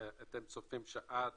אתם צופים שעד